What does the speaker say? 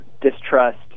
distrust